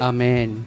Amen